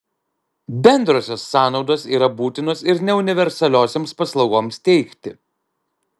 bendrosios sąnaudos yra būtinos ir neuniversaliosioms paslaugoms teikti